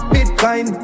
Bitcoin